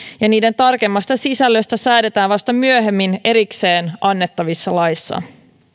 ja niiden tarkemmasta sisällöstä säädetään vasta myöhemmin erikseen annettavissa laeissa